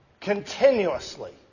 continuously